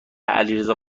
علیرضا